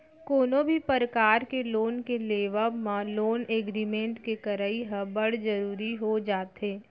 कोनो भी परकार के लोन के लेवब बर लोन एग्रीमेंट के करई ह बड़ जरुरी हो जाथे